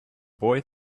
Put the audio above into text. boy